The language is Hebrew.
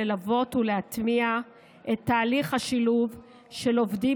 ללוות ולהטמיע את תהליך השילוב של עובדים